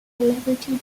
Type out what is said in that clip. celebrity